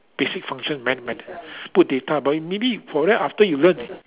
basic function man to man put data but maybe for right after learn